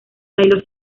taylor